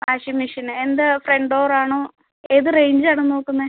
washing machine എന്ത് front door ആണോ ഏത് റേഞ്ച് ആണ് നോക്കുന്നത്